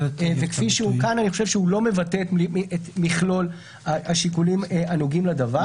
אני חושב שהנוסח הנוכחי לא מבטא את מכלול השיקולים הנוגעים לדבר.